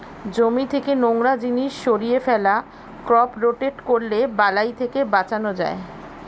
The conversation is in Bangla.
জমি থেকে নোংরা জিনিস সরিয়ে ফেলা, ক্রপ রোটেট করলে বালাই থেকে বাঁচান যায়